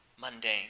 mundane